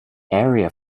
area